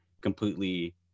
completely